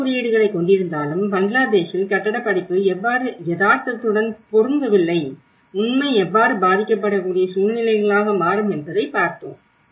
கட்டிடக் குறியீடுகளைக் கொண்டிருந்தாலும் பங்களாதேஷில் கட்டிடப் படிப்பு எவ்வாறு யதார்த்தத்துடன் பொருந்தவில்லை உண்மை எவ்வாறு பாதிக்கப்படக்கூடிய சூழ்நிலைகளாக மாறும் என்பதை பார்த்தோம்